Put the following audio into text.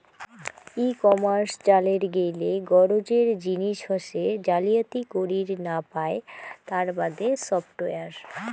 ই commerce চালের গেইলে গরোজের জিনিস হসে জালিয়াতি করির না পায় তার বাদে সফটওয়্যার